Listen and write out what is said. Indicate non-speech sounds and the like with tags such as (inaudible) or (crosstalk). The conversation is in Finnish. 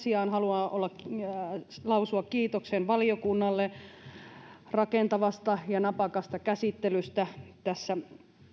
(unintelligible) sijaan haluan lausua kiitoksen valiokunnalle rakentavasta ja napakasta käsittelystä tässä